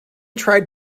tried